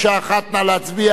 נא להצביע.